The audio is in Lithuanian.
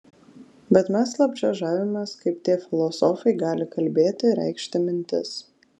bet mes slapčia žavimės kaip tie filosofai gali kalbėti reikšti mintis